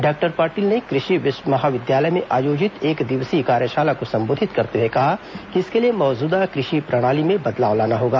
doctor Patil ने कृषि महाविद्यालय में आयोजित एकदिवसीय कार्यशाला को संबोधित करते हए कहा कि इसके लिए मौजूदा कृषि प्रणाली में बदलाव लाना होगा